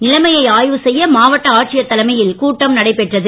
நிலைமையை ஆய்வு செய்ய மாவட்ட ஆட்சியர் தலைமையில் கூட்டம் நடைபெற்றது